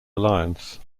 alliance